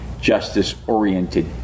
justice-oriented